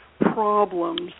problems